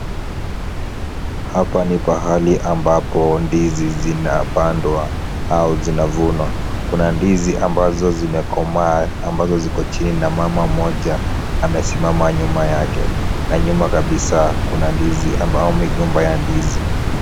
Hapa ni pahali ambapo ndizi zinapandwa, au zinavunwa, na ndizi ambazo zimekomaa, ambazo ziko chini, na mama mmoja amesimama nyuma yake. Na nyuma kabisa kuna ndizi ambao migomba ya ndizi.